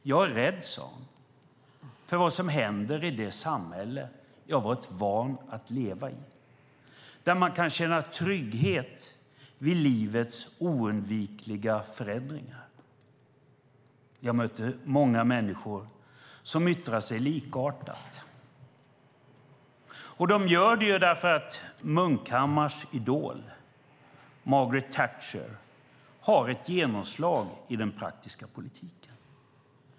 Jag är rädd, sade hon, för vad som händer i det samhälle jag har varit van att leva i, där man kan känna trygghet vid livets oundvikliga förändringar. Jag möter många människor som yttrar sig likartat. De gör det därför att Munkhammars idol Margaret Thatcher har ett genomslag i den praktiska politiken.